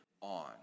on